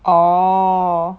orh